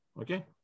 Okay